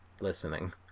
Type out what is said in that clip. listening